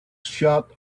shot